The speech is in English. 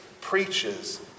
preaches